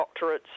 doctorates